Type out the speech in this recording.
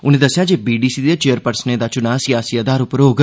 उनें दस्सेआ जे बी डी सी दे चेयरपर्सनें दा चुनांऽ सियासी आधार पर होग